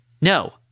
No